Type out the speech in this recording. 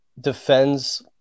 defends